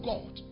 God